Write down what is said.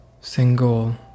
single